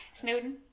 Snowden